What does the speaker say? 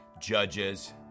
Judges